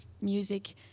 music